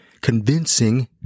convincing